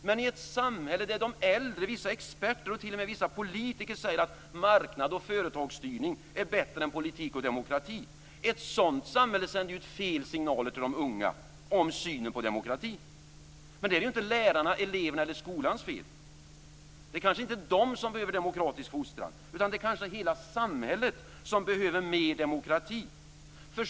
Men ett samhälle där de äldre, vissa experter och t.o.m. vissa politiker säger att marknad och företagsstyrning är bättre än politik och demokrati sänder ju fel signaler till de unga om synen på demokrati. Men det är inte lärarnas, elevernas eller skolans fel. Det kanske inte är de som behöver demokratisk fostran, utan det kanske är hela samhället som behöver mer demokrati.